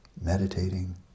Meditating